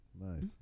Nice